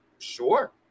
sure